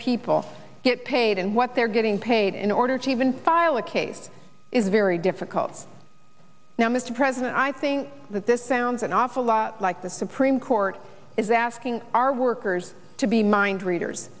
people get paid and what they're getting paid in order to even file a case is very difficult now mr president i think that this sounds an awful lot like the supreme court is asking our workers to be mind readers